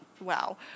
wow